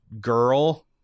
girl